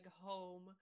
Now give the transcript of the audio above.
home